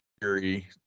theory